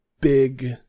big